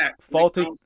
faulty